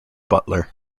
butler